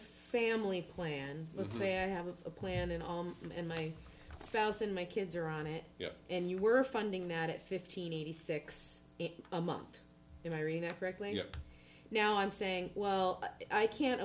family plan say i have a plan on me and my spouse and my kids are on it and you were funding that at fifteen eighty six a month and i read that correctly now i'm saying well i can't